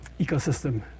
ecosystem